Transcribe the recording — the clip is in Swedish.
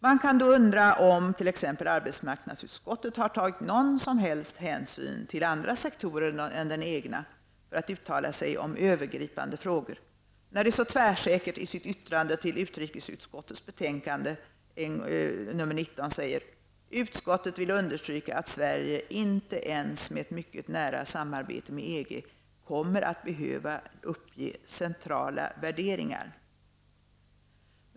Man kan då undra om t.ex. arbetsmarknadsutskottet har tagit någon som helst hänsyn till andra sektorer än den egna för att uttala sig om övergripande frågor när det så tvärsäkert i sitt yttrande till utrikesutskottets betänkande nr 19 skriver: ''Utskottet vill understryka att Sverige inte ens med ett mycket nära sammarbete med EG kommer att behöva uppge centrala värderingar.''